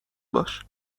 باش